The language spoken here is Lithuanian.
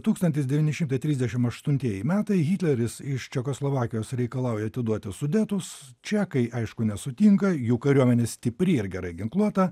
tūkstantis devyni šimtai trisdešim aštuntieji metai hitleris iš čekoslovakijos reikalauja atiduoti sudetus čekai aišku nesutinka jų kariuomenė stipri ir gerai ginkluota